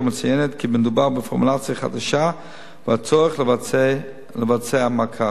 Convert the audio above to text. המציינת כי מדובר בפורמולציה חדשה וכי יש צורך לבצע מעקב.